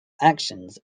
actions